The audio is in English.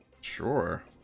Sure